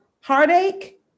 Heartache